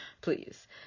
please